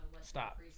stop